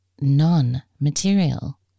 non-material